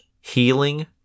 healing